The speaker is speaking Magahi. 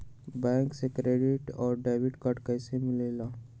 बैंक से क्रेडिट और डेबिट कार्ड कैसी मिलेला?